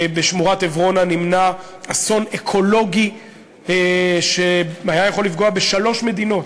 בשמורת עברונה נמנע אסון אקולוגי שהיה יכול לפגוע בשלוש מדינות.